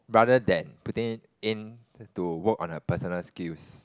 rather than putting in to work on her personal skills